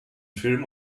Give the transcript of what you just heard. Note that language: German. film